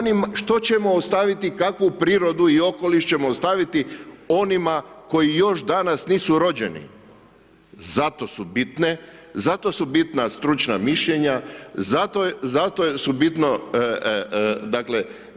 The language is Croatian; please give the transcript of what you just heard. Onim što ćemo ostaviti, kakvu prirodu i okoliš ćemo ostaviti onima koji još danas nisu rođeni, zato su bitne, zato su bitna stručna mišljenja, zato su bitno